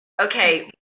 okay